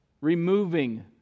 Removing